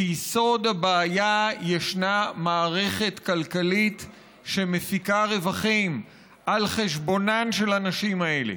ביסוד הבעיה ישנה מערכת כלכלית שמפיקה רווחים על חשבונן של הנשים האלה,